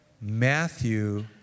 Matthew